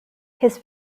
his